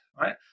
Right